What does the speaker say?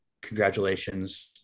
congratulations